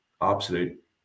absolute